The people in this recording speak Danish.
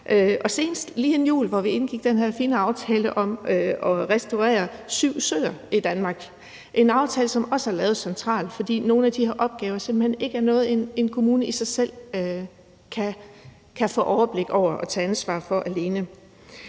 og senest, lige inden jul, indgik vi den her fine aftale om at restaurere syv søer i Danmark. Det er en aftale, som også er lavet centralt, fordi nogle af de her opgaver simpelt hen ikke er noget, en kommune i sig selv og alene kan få overblik over og tage ansvar for.